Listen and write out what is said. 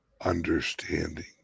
understanding